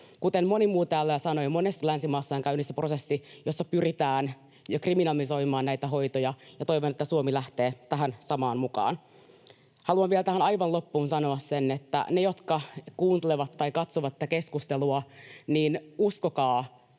Kuten moni muu täällä sanoi, monessa länsimaassa on jo käynnissä prosessi, jossa pyritään kriminalisoimaan näitä hoitoja, ja toivon, että Suomi lähtee tähän samaan mukaan. Haluan vielä tähän aivan loppuun sanoa, että te, jotka kuuntelette tai katsotte tätä keskustelua, uskokaa